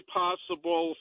possible